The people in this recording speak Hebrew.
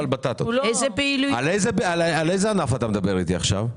גלעד, על איזה ענף אתה מדבר אתי עכשיו?